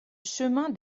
chemin